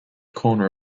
corner